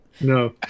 no